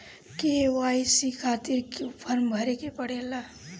KYC खातिर क्यूं form भरे के पड़ेला?